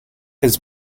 his